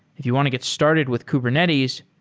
if you want to get started with kubernetes,